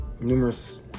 numerous